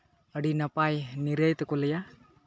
ᱟᱹᱰᱤ ᱱᱟᱯᱟᱭ ᱱᱤᱨᱟᱹᱭ ᱛᱮᱠᱚ ᱞᱟᱹᱭᱟ